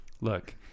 Look